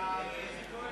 ביטול תשלומי השתתפות),